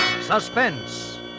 Suspense